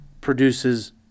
produces